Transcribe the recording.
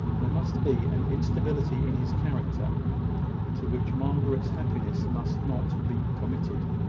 there must be an instability in his character to which margaret's happiness must not be committed.